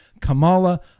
Kamala